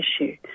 issue